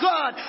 God